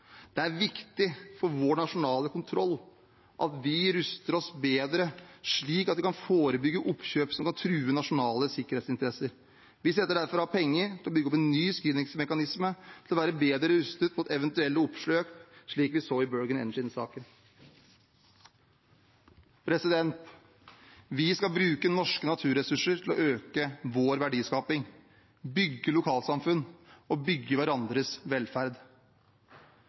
Det er viktig for vår nasjonale kontroll at vi ruster oss bedre, slik at vi kan forebygge oppkjøp som kan true nasjonale sikkerhetsinteresser. Vi setter derfor av penger til å bygge opp en ny screeningmekanisme for å være bedre rustet mot eventuelle oppkjøp, slik vi så i Bergen Engines-saken. Vi skal bruke norske naturressurser til å øke vår verdiskaping, bygge lokalsamfunn og bygge hverandres velferd.